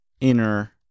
inner